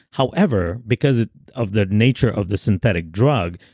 however, because of the nature of the synthetic drug,